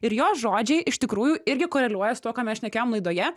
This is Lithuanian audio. ir jos žodžiai iš tikrųjų irgi koreliuoja su tuo ką mes šnekėjom laidoje